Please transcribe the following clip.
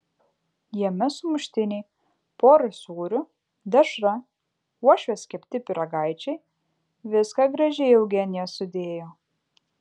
jame sumuštiniai pora sūrių dešra uošvės kepti pyragaičiai viską gražiai eugenija sudėjo